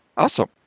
Awesome